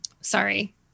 Sorry